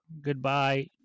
goodbye